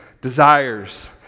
desires